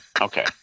Okay